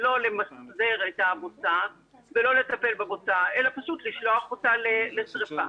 לא למחזר את הבוצה ולא לטפל בה אלא פשוט לשלוח אותה לשריפה.